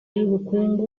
y’ubukungu